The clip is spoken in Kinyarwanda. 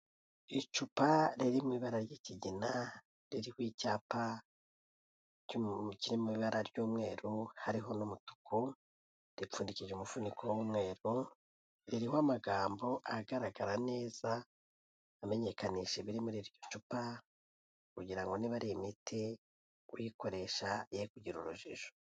Icupa riri mu ibara ry'ikigina ririho icyapa kiri mu ibara ry'umweru hariho n'umutuku, ripfundikije umufuniko w'umweru; ririho amagambo agaragara neza amenyekanisha ibiri muri iryo cupa, kugira ngo niba ari imiti, uyikoresha ye kugira urujijo.